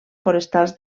forestals